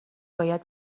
باید